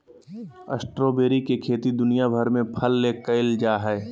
strawberry के खेती दुनिया भर में फल ले कइल जा हइ